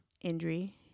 Injury